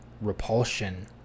repulsion